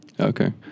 okay